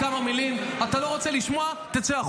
לא שומע, שנייה.